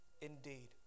indeed